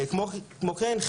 כמו כן,